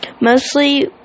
Mostly